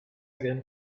again